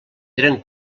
eren